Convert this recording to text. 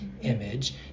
image